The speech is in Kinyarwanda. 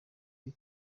iri